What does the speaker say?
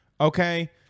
okay